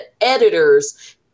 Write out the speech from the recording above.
editors